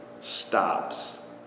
stops